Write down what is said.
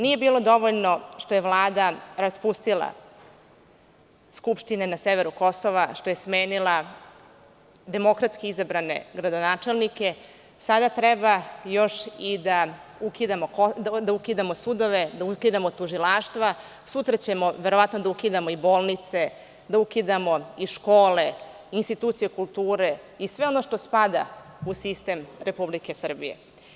Nije bilo dovoljno što je Vlada raspustila skupštine na severu Kosova, što je smenila demokratski izabrane gradonačelnike, sada treba još i da ukidamo sudove, da ukidamo tužilaštva, sutra ćemo verovatno da ukidamo i bolnice, da ukidamo i škole, institucije kulture i sve ono što spada u sistem Republike Srbije.